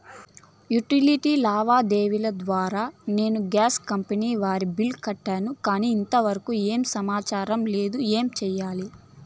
Utility లావాదేవీల ద్వారా నేను గ్యాస్ కంపెని వారి బిల్లు కట్టాను కానీ ఇంతవరకు ఏమి సమాచారం లేదు, ఏమి సెయ్యాలి?